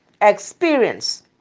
experience